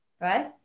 right